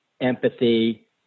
empathy